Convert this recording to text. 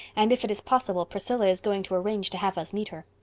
and if it is possible priscilla is going to arrange to have us meet her.